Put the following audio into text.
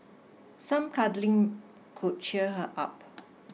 some cuddling could cheer her up